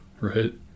right